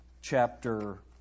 chapter